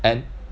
and